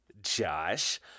Josh